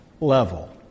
level